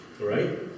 right